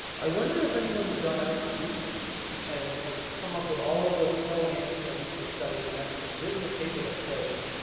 i wonder if anyone's gone out recently and has come up with all of the pro and anti hormesis studies and actually written a paper that says,